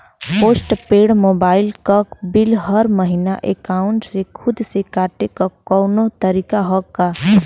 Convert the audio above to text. Post paid mobile क bill हर महिना एकाउंट से खुद से कटे क कौनो तरीका ह का?